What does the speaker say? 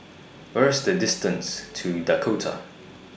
Where IS The distance to Dakota